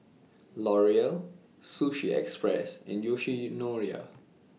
L'Oreal Sushi Express and Yoshinoya